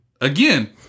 again